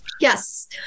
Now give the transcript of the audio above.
yes